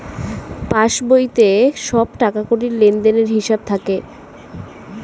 পাসবইতে সব টাকাকড়ির লেনদেনের হিসাব থাকে